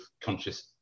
conscious